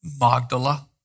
Magdala